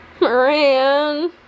Moran